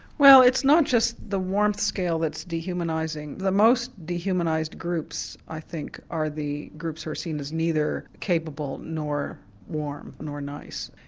well it's not just the warmth scale that's dehumanising, the most dehumanised groups i think are the groups who are seen as neither capable nor warm nor nice.